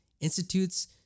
institutes